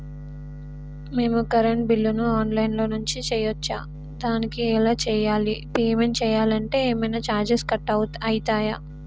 మేము కరెంటు బిల్లును online నుంచి చేయచ్చా? దానికి ఎలా చేయాలి? పేమెంట్ చేయాలంటే ఏమైనా చార్జెస్ కట్ అయితయా?